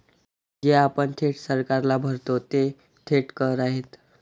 जे आपण थेट सरकारला भरतो ते थेट कर आहेत